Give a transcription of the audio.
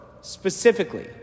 specifically